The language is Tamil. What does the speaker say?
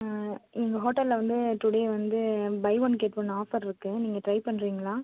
எங்கள் ஹோட்டலில் வந்து டுடே வந்து buy one get one offer இருக்குது நீங்கள் ட்ரை பண்ணுறீங்களா